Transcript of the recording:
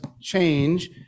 change